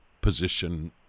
position